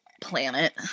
planet